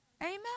Amen